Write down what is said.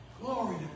Glory